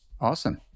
Awesome